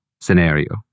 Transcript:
scenario